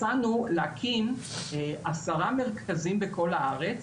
הצענו להקים עשרה מרכזים בכל הארץ,